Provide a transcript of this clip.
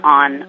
on